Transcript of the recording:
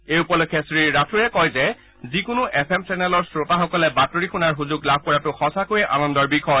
এই উপলক্ষে শ্ৰীৰাথোৰে কয় যে যি কোনো এফ এম চেনেলৰ শ্ৰোতাসকলে বাতৰি শুনাৰ সুযোগ লাভ কৰাতো সঁচাকৈয়ে আনন্দৰ বিষয়